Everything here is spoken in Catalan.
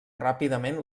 ràpidament